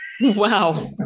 Wow